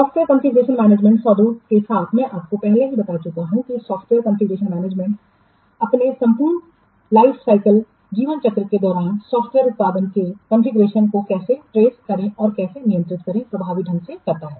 software configuration management सौदों के साथ मैं आपको पहले ही बता चुका हूँ कि सॉफ्टवेयर कॉन्फ़िगरेशन मैनेजमेंट अपने संपूर्ण जीवनचक्र के दौरान सॉफ्टवेयर उत्पाद के कॉन्फ़िगरेशन को कैसे ट्रैक करें और कैसे नियंत्रित करें प्रभावी ढंग से करता है